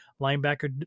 Linebacker